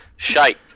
Shite